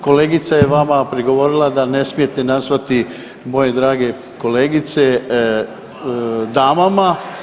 Kolegica je vama prigovorila da ne smijete nazvati moje drage kolegice damama.